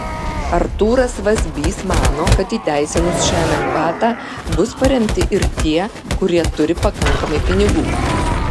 artūras vazbys mano kad įteisinus šią lengvatą bus paremti ir tie kurie turi pakankamai pinigų